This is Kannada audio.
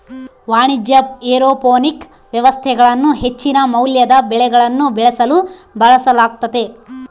ವಾಣಿಜ್ಯ ಏರೋಪೋನಿಕ್ ವ್ಯವಸ್ಥೆಗಳನ್ನು ಹೆಚ್ಚಿನ ಮೌಲ್ಯದ ಬೆಳೆಗಳನ್ನು ಬೆಳೆಸಲು ಬಳಸಲಾಗ್ತತೆ